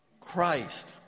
Christ